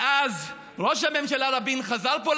ואז ראש הממשלה רבין חזר לפה,